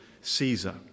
Caesar